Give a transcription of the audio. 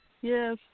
Yes